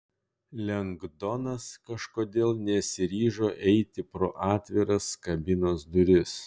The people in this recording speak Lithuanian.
lengdonas kažkodėl nesiryžo eiti pro atviras kabinos duris